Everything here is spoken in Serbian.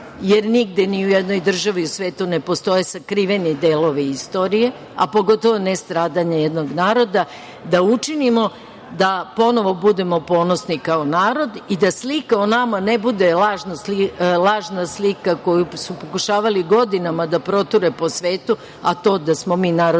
jer nigde ni u jednoj državi u svetu ne postoje sakriveni delovi istorije, a pogotovo ne stradanje jednog naroda, da učinimo da ponovo budemo ponosni kao narod i da slika o nama ne bude lažna slika koju su pokušavali godinama da proture po svetu, a to da smo mi narod